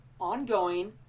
ongoing